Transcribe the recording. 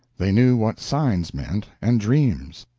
they knew what signs meant, and dreams,